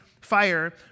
fire